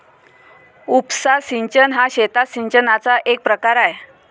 उपसा सिंचन हा शेतात सिंचनाचा एक प्रकार आहे